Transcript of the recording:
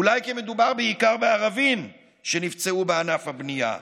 אולי כי מדובר בעיקר בערבים שנפצעו בענף הבנייה?